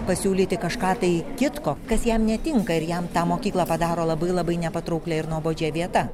pasiūlyti kažką tai kitko kas jam netinka ir jam tą mokyklą padaro labai labai nepatrauklia ir nuobodžia vieta